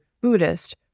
Buddhist